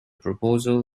proposal